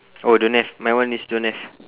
oh don't have my one is don't have